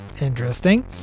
Interesting